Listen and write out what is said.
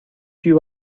you